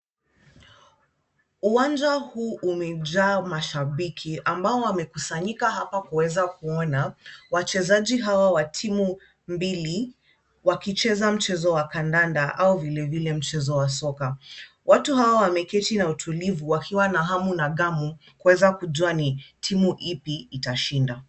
Uwanja huu umejaa mashabiki, ambao wamekusanyika hapa kuweza kuona wachezaji hawa wa timu mbili, wakicheza mchezo wa kandanda au vilevile mchezo wa soka. Watu hawa wameketi na utulivu wakiwa na hamu na ghamu, kuweza kujua ni timu ipi itashinda.